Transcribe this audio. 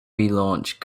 relaunch